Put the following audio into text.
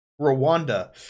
Rwanda